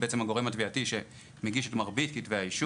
דווקא מעניין אותי לשמוע את העמדה שלהם,